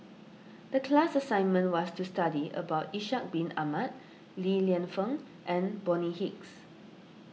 the class assignment was to study about Ishak Bin Ahmad Li Lienfung and Bonny Hicks